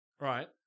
Right